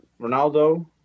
Ronaldo